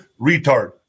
retard